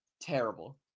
terrible